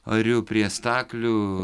ariu prie staklių